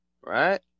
Right